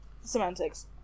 semantics